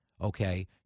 okay